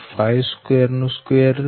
252 6